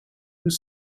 was